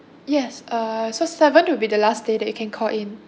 yes uh so seventh will be the last day that you can call in